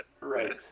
Right